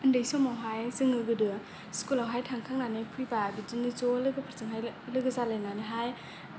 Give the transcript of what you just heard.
ओन्दै समावहाय जोङो गोदो स्कुल आवहाय थांखांनानै फैबा बिदिनो ज' लोगोफोरजोंहाय लोगो जालायनानैहाय